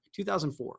2004